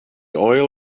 oil